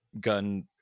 gun